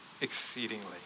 exceedingly